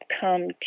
come